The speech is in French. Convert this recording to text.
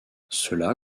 cela